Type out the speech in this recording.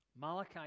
Malachi